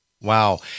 Wow